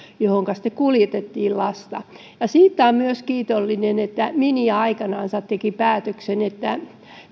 joihinka sitten kuljetettiin lasta siitä olen myös kiitollinen että miniä aikanansa teki päätöksen että